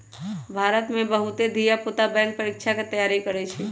भारत में बहुते धिया पुता बैंक परीकछा के तैयारी करइ छइ